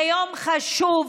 זה יום חשוב,